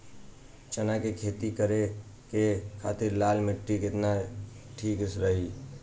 चना के खेती करे के खातिर लाल मिट्टी केतना ठीक रही?